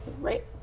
Right